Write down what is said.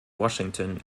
washington